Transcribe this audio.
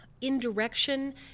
indirection